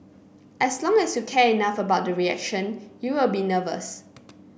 as long as you care enough about the reaction you will be nervous